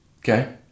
okay